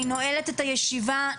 אני נועלת את הישיבה.